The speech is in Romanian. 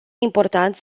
important